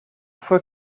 fois